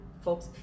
folks